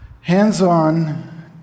hands-on